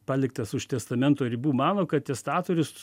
paliktas už testamento ribų mano kad testatorius